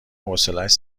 حوصلش